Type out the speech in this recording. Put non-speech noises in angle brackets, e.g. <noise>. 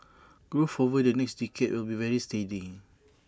growth over the next decade will be very steady <noise>